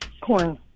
corn